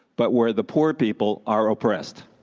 but where the poor people are oppressed?